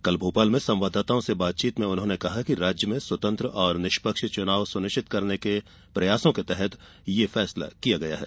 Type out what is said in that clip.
कल भोपाल में संवाददाताओं से बातचीत में उन्होंने कहा कि राज्य में स्वतंत्र और निष्पक्ष चुनाव सुनिश्चित करने के प्रयासों के तहत यह फैसला किया गया है